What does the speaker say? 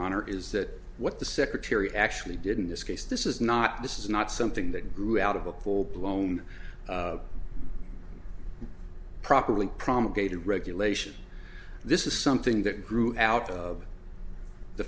honor is that what the secretary actually didn't this case this is not this is not something that grew out of a full blown properly promulgated regulation this is something that grew out of the